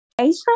Asia